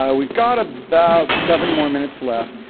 yeah we've got about seven more minutes left.